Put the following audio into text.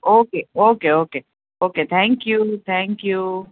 okay okay okay okay thank you thank you